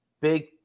big